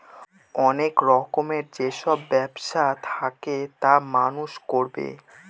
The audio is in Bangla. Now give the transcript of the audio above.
অনেক রকমের যেসব ব্যবসা থাকে তা মানুষ করবে